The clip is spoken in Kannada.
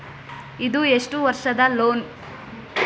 ಇದು ಎಷ್ಟು ವರ್ಷದ ಲೋನ್?